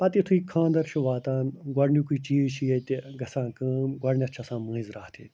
پتہٕ یُتھٕے خانٛدَر چھِ واتان گۄڈٕنیُکٕے چیٖز چھِ ییٚتہِ گژھان کٲم گۄڈٕنٮ۪تھ چھِ آسان مٲنٛزۍ راتھ ییٚتہِ